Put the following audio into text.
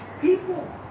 people